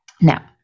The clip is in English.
Now